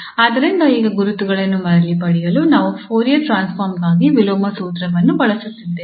ಆದ್ದರಿಂದ ಈಗ ಗುರುತುಗಳನ್ನು ಮರಳಿ ಪಡೆಯಲು ನಾವು ಫೋರಿಯರ್ ಟ್ರಾನ್ಸ್ಫಾರ್ಮ್ ಗಾಗಿ ವಿಲೋಮ ಸೂತ್ರವನ್ನು ಬಳಸುತ್ತಿದ್ದೇವೆ